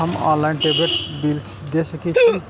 हम online table bill दे सके छी?